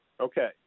Okay